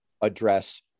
address